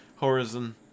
Horizon